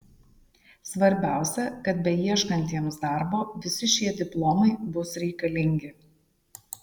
svarbiausia kad beieškantiems darbo visi šie diplomai bus reikalingi